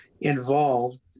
involved